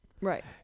Right